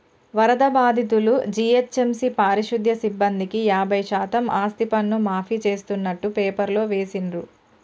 వరద బాధితులు, జీహెచ్ఎంసీ పారిశుధ్య సిబ్బందికి యాభై శాతం ఆస్తిపన్ను మాఫీ చేస్తున్నట్టు పేపర్లో వేసిండ్రు